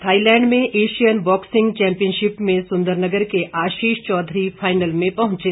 Thailand में Asian boxing championship में सुंदरनगर के आशीष चौधरी फाइनल में पहुंचे